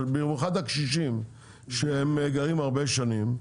במיוחד הקשישים שגרים שם הרבה שנים,